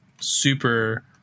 super